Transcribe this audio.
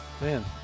man